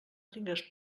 tingues